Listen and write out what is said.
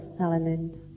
element